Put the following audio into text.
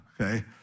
okay